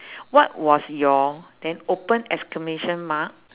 what was your then open exclamation mark